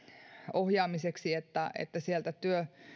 ohjaamiseksi niin että